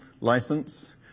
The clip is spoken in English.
license